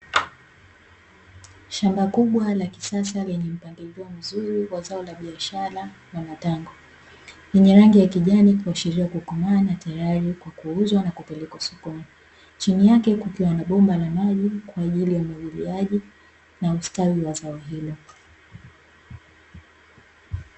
Shamba kubwa la kisasa lenye mpangilio mzuri wa zao la biashara la matango yenye rangi ya kijani kuashiria kukomaa tayari kwa kuuzwa na kupelekwa sokoni, chini yake kukiwa na bomba la maji kwa ajili ya mwagiliaji na ustawi wa zao hilo.